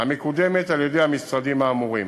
המקודמת על-ידי המשרדים האמורים,